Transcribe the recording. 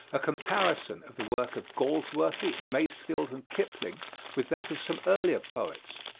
a comparison of the work of galsworthy, masefield and kipling with that of some earlier poets.